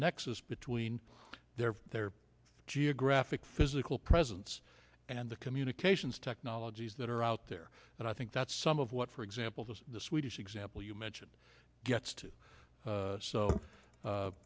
nexus between their their geographic physical presence and the communications technologies that are out there and i think that some of what for example the swedish example you mentioned gets to